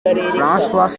françois